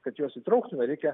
kad juos įtrauktume reikia